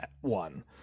one